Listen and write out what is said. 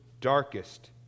darkest